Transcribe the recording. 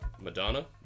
Madonna